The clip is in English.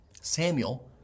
Samuel